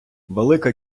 велика